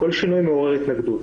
כל שינוי מעורר התנגדות,